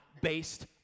based